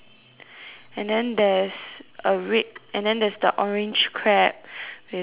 and then there's a red and then there's the orange crab with a